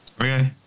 Okay